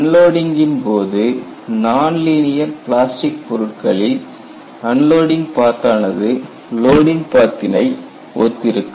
unloading ன் போது nonlinear plastic பொருட்களில் அன்லோடிங் பாத் ஆனது லோடிங் பாத்தினை ஒத்திருக்கும்